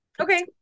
Okay